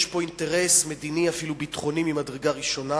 יש פה אינטרס מדיני, אפילו ביטחוני ממדרגה ראשונה,